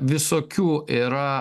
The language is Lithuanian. visokių yra